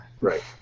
Right